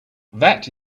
that